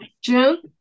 June